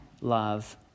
love